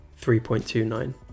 3.29